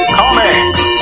comics